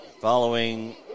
Following